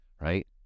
right